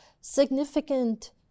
significant